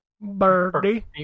Birdie